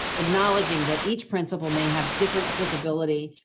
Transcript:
acknowledging that each principle may have different applicability,